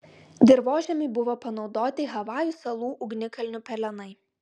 dirvožemiui buvo panaudoti havajų salų ugnikalnių pelenai